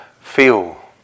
feel